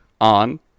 on